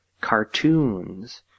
cartoons